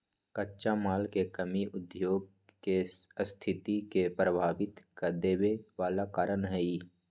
कच्चा माल के कमी उद्योग के सस्थिति के प्रभावित कदेवे बला कारण हई